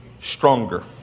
stronger